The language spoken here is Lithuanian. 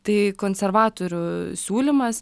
tai konservatorių siūlymas